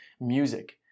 music